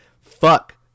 Fuck